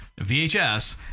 VHS